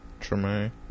Tremaine